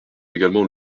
également